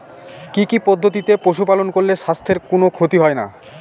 কি কি পদ্ধতিতে পশু পালন করলে স্বাস্থ্যের কোন ক্ষতি হয় না?